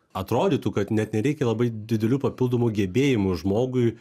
atrodytų kad net nereikia labai didelių papildomų gebėjimų žmogui